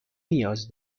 نیاز